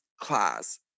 class